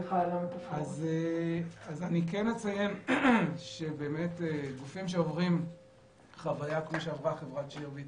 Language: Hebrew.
כן אציין שגופים שעוברים חוויה כפי שעברה חברת שירביט,